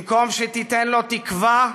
במקום שתיתן לו תקווה,